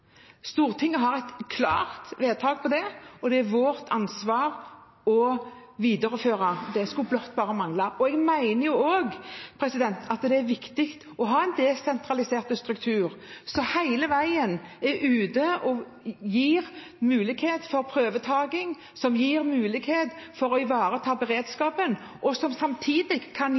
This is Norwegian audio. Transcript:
Stortinget har et klart vedtak om det, og det er det vårt ansvar å videreføre – det skulle bare mangle. Jeg mener også at det er viktig å ha en desentralisert struktur som hele tiden gir mulighet til prøvetaking, som gir mulighet til å ivareta beredskapen, og som samtidig kan